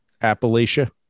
Appalachia